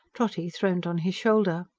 trotty throned on his shoulder.